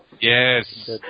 yes